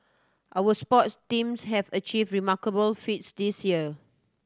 our sports teams have achieved remarkable feats this year